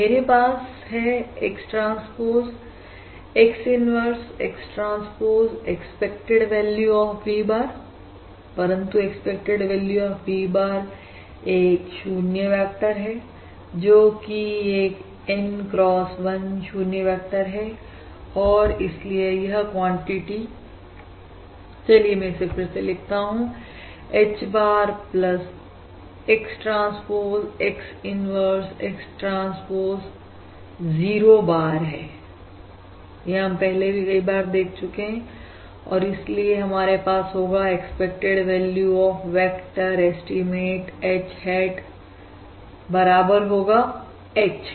मेरे पास है X transpose X inverse X transpose expected value of V bar परंतु expected value of V bar एक 0 vector है जो कि एक N x 1 0 वेक्टर है और इसलिए यह कॉन्टिटी चलिए मैं इसे फिर से लिखता हूं H bar X transpose X inverse X transpose 0 bar यह हम पहले भी कई बार देख चुके हैं और इसलिए हमारे पास होगा expected value of vector estimate H hat बराबर होगा H के